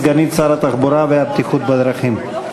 סגנית שר התחבורה והבטיחות בדרכים.